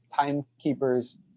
timekeeper's